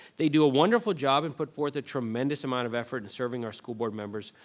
they do a wonderful job and put forth a tremendous amount of effort in serving our school board members,